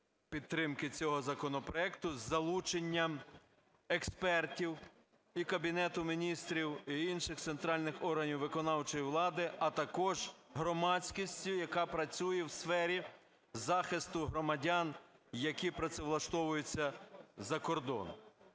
підтримки цього законопроекту із залученням експертів і Кабінету Міністрів, інших центральних органів виконавчої влади, а також громадськості, яка працює у сфері захисту громадян, які працевлаштовуються за кордон.